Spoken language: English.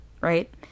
right